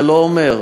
זה לא אומר.